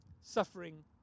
suffering